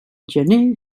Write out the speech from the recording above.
gener